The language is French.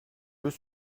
deux